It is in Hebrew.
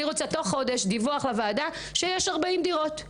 אני רוצה תוך חודש דיווח לוועדה שיש 40 דירות.